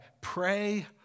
pray